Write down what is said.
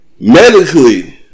Medically